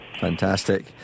Fantastic